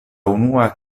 unua